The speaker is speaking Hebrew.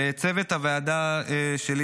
לצוות הוועדה שלי,